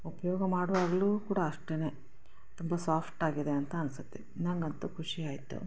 ಉಪಯೋಗ ಮಾಡುವಾಗಲೂ ಕೂಡ ಅಷ್ಟೇ ತುಂಬ ಸಾಫ್ಟಾಗಿದೆ ಅಂತ ಅನ್ಸುತ್ತೆ ನನಗಂತೂ ಖುಷಿ ಆಯಿತು